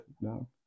No